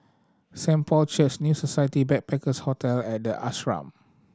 Saint Paul's Church New Society Backpackers' Hotel and The Ashram